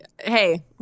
hey